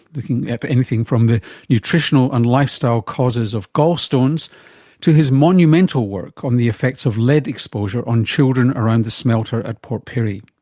looking at anything from the nutritional and lifestyle causes of gallstones to his monumental work on the effects of lead exposure on children around the smelter at port pirie.